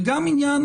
וגם עניין,